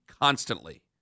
constantly